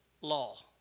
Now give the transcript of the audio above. law